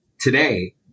Today